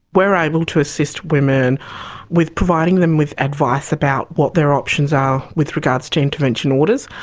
we're able to assist women with providing them with advice about what their options are with regards to intervention orders,